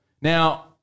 Now